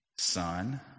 Son